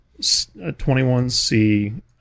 21C